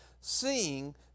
seeing